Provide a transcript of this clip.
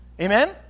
Amen